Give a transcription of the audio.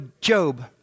Job